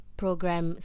program